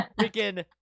freaking